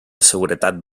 seguretat